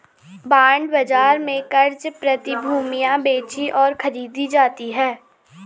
bond बाजार में क़र्ज़ प्रतिभूतियां बेचीं और खरीदी जाती हैं